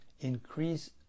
Increase